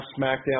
SmackDown